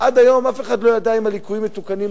עד היום אף אחד לא ידע אם הליקויים מתוקנים,